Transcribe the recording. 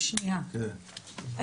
שנייה,